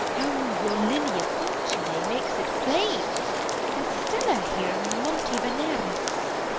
o, your linea fortunae makes it plain and stella here in monte veneris.